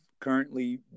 currently